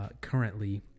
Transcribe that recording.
currently